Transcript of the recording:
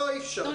לא.